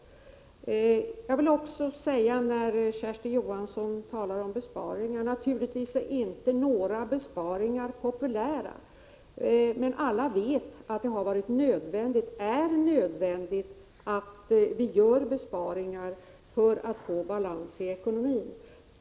1985/86:128 Jag vill också, när Kersti Johansson talar om besparingar, säga att 25 april 1986 naturligtvis är inte några besparingar populära, men alla vet att det har varit nödvändigt, och är nödvändigt, att göra besparingar för att få balans i EE ekonomin.